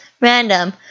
Random